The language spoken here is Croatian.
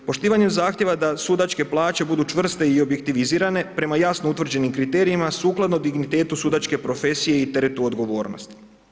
Poštivanje zahtjeva da sudačke plaće budu čvrste i objektivizirane prema jasno utvrđenim kriterijima sukladno dignitetu sudačke profesije i teretu odgovornosti.